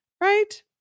right